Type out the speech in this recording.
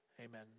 Amen